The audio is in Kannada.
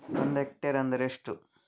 ಒಂದು ಹೆಕ್ಟೇರ್ ಎಂದರೆ ಎಷ್ಟು?